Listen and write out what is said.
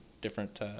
different –